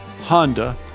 Honda